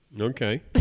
Okay